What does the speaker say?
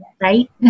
right